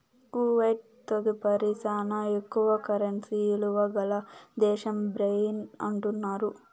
Kuwait తదుపరి శానా ఎక్కువ కరెన్సీ ఇలువ గల దేశం బహ్రెయిన్ అంటున్నారు